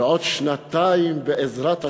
בעוד שנתיים, בעזרת השם,